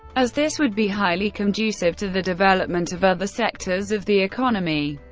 as this would be highly conducive to the development of other sectors of the economy.